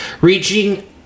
reaching